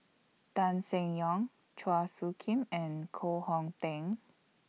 Tan Seng Yong Chua Soo Khim and Koh Hong Teng